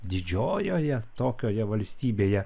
didžiojoje tokioje valstybėje